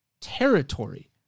territory